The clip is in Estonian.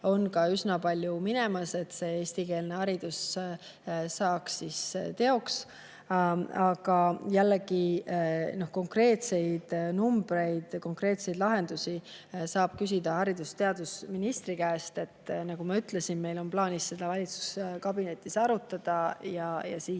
ka üsna palju minemas, selleks et eestikeelne haridus saaks teoks. Aga jällegi, konkreetseid numbreid, konkreetseid lahendusi saab küsida haridus- ja teadusministri käest. Nagu ma ütlesin, meil on plaanis seda valitsuskabinetis arutada ja siis